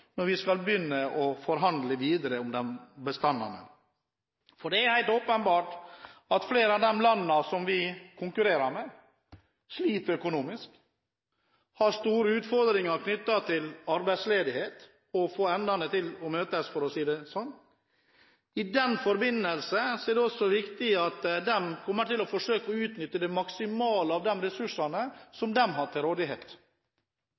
når vi skal begynne å forhandle videre om bestandene? Det er helt åpenbart at flere av de landene vi konkurrerer med, sliter økonomisk. De har store utfordringer knyttet til arbeidsledighet, det å få endene til å møtes, for å si det sånn. I den forbindelse er det viktig å tenke at de kommer til å utnytte de ressursene de har til rådighet, maksimalt. Da er det